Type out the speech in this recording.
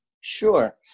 Sure